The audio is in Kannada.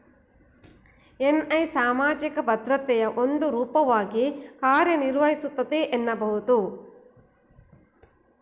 ಎನ್.ಐ ಸಾಮಾಜಿಕ ಭದ್ರತೆಯ ಒಂದು ರೂಪವಾಗಿ ಕಾರ್ಯನಿರ್ವಹಿಸುತ್ತೆ ಎನ್ನಬಹುದು